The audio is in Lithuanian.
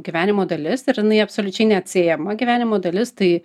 gyvenimo dalis ir jinai absoliučiai neatsiejama gyvenimo dalis tai